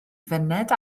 fyned